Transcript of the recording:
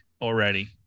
already